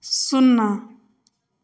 शुन्ना